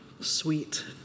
sweet